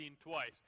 twice